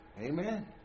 Amen